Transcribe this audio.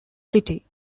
city